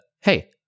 hey